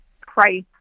price